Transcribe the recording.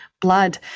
blood